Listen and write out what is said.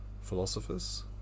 philosophers